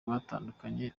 batandukanye